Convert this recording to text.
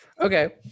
Okay